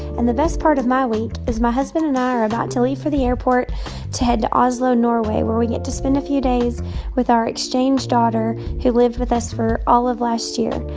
and the best part of my week is my husband and i are about to leave for the airport to head to oslo, norway, where we get to spend a few days with our exchange daughter who lived with us for all of last year.